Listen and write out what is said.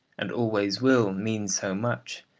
and always will mean so much,